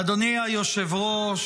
אדוני היושב-ראש,